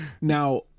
now